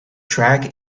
track